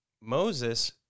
Moses